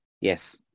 yes